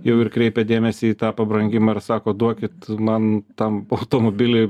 jau ir kreipia dėmesį į tą pabrangimą ir sako duokit man tam automobilį